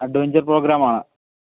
adventure പ്രോഗ്രാമാണ്